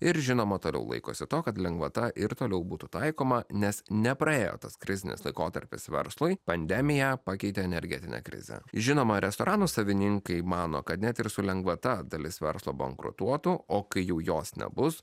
ir žinoma toliau laikosi to kad lengvata ir toliau būtų taikoma nes nepraėjo tas krizinis laikotarpis verslui pandemija pakeitė energetinę krizę žinoma restoranų savininkai mano kad net ir su lengvata dalis verslo bankrutuotų o kai jau jos nebus